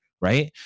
right